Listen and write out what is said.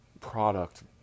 product